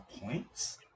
points